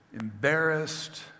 embarrassed